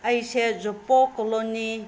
ꯑꯩꯁꯦ ꯖꯨꯄꯣꯛ ꯀꯣꯂꯣꯅꯤ